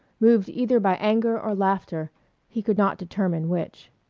moved either by anger or laughter he could not determine which.